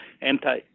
anti